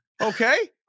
Okay